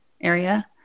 area